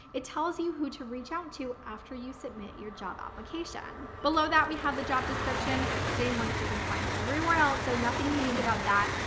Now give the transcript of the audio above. it tells you who to reach out to. after you submit your job application below that we have the job description, same one that you're going to find everywhere else. so nothing unique about that.